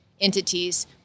entities